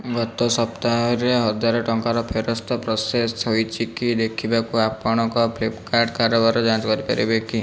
ଗତ ସପ୍ତାହରେ ହଜାରେ ଟଙ୍କାର ଫେରସ୍ତ ପ୍ରସେସ ହୋଇଛିକି ଦେଖିବାକୁ ଆପଣଙ୍କ ଫ୍ଲିପ୍କାର୍ଟ୍ କାରବାର ଯାଞ୍ଚ କରିପାରିବେ କି